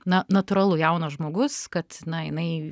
na natūralu jaunas žmogus kad na jinai